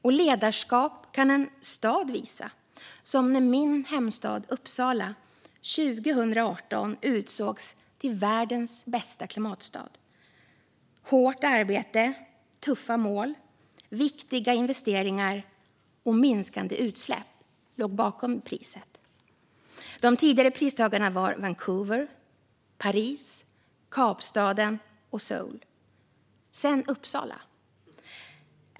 En stad kan visa ledarskap, som när min hemstad Uppsala 2018 utsågs till världens bästa klimatstad. Hårt arbete, tuffa mål, viktiga investeringar och minskande utsläpp låg bakom priset. De tidigare pristagarna var Vancouver, Paris, Kapstaden och Seoul. Sedan var det Uppsala.